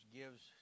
gives